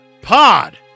pod